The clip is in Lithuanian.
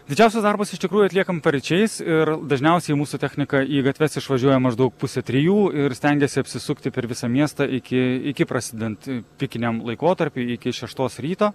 didžiausius darbus iš tikrųjų atliekam paryčiais ir dažniausiai mūsų technika į gatves išvažiuoja maždaug pusę trijų ir stengiasi apsisukti per visą miestą iki iki prasidedant pikiniam laikotarpiui iki šeštos ryto